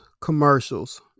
commercials